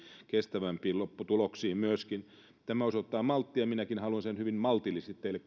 kestävämpiin lopputuloksiin tämä osoittaa malttia ja minäkin haluan sen hyvin maltillisesti teille